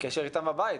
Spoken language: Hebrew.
אני